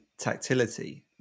tactility